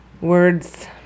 Words